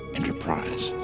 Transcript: Enterprise